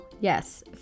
Yes